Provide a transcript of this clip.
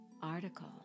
article